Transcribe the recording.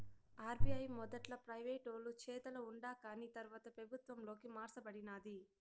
RBI మొదట్ల ప్రైవేటోలు చేతల ఉండాకాని తర్వాత పెబుత్వంలోకి మార్స బడినాది